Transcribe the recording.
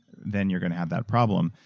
then you're going to have that problem.